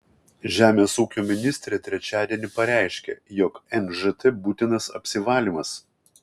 žemės ūkio ministrė trečiadienį pareiškė jog nžt būtinas apsivalymas